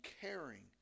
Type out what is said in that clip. caring